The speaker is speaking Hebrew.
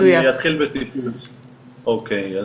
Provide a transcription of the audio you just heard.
אוקי,